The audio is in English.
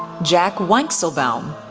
jack weinkselbaum,